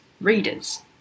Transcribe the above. readers